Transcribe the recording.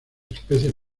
especies